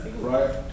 right